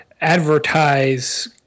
advertise